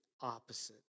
opposite